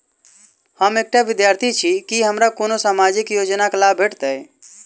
हम एकटा विद्यार्थी छी, की हमरा कोनो सामाजिक योजनाक लाभ भेटतय?